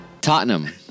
Tottenham